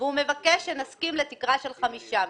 והוא מבקש שנסכים לתקרה של חמישה מיליון.